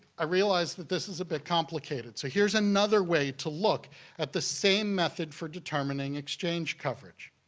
i realize that this is a bit complicated, so here's another way to look at the same method for determining exchange coverage.